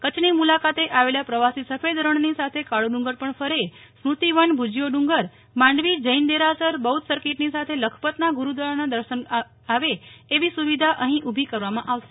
કચ્છની મુલાકાતે આવેલા પ્રવાસી સફેદ રણની સાથે કાળો ડુંગર પણ ફરે સ્મૂતિવન ભૂજિયો ડુંગર માંડવી જૈન દેરાસર બૌદ્ધ સર્કિટની સાથે લખપતના ગુરુદ્વારાના દર્શને આવે એવી સુવિધા અહી ઉભી કરવામાં આવશે